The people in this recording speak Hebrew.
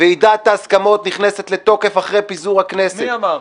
ועידת ההסכמות נכנסת לתוקף אחרי פיזור הכנסת -- מי אמר?